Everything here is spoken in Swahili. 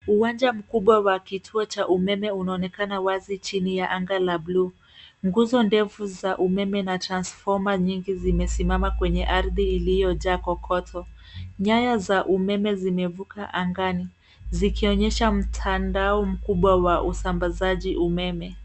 Uwanja mkubwa wa kituo cha umeme unaonekana wazi chini ya anga la bluu. Nguzo ndefu za umeme na transfoma nyingi zimesimama kwenye ardhi iliyojaa kokoto. Nyaya za umeme zimevuka angani zikionyesha mtandao mkubwa wa usambazaji umeme.